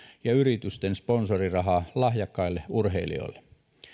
ja yritysten sponsorirahaa lahjakkaille urheilijoille